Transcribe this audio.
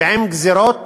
ועם גזירות